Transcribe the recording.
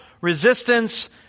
Resistance